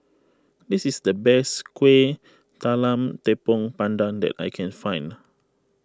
this is the best Kueh Talam Tepong Pandan that I can find